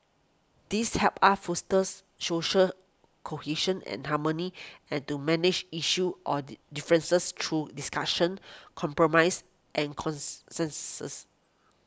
these help us fosters social cohesion and harmony and do manage issues or differences through discussion compromise and